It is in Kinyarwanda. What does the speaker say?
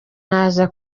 nkaza